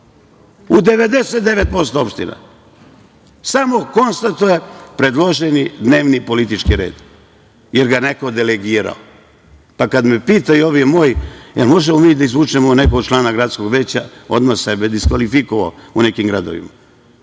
u 99% opština. Samo konstatuje predloženi dnevni politički red, jer ga neko delegirao. Pa, kada me pitaju ovi moji - da li možemo mi da izvučemo nekog člana gradskog veća, odmah je sebe diskvalifikovao u nekim gradovima.